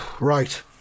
right